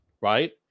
right